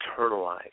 internalize